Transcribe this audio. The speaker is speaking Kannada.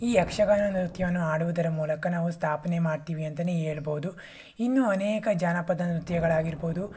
ಈ ಯಕ್ಷಗಾನ ನೃತ್ಯವನ್ನು ಆಡುವುದರ ಮೂಲಕ ನಾವು ಸ್ಥಾಪನೆ ಮಾಡ್ತೀವಿ ಅಂತಲೇ ಹೇಳಬಹುದು ಇನ್ನೂ ಅನೇಕ ಜಾನಪದ ನೃತ್ಯಗಳಾಗಿರಬಹುದು